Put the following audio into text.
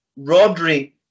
Rodri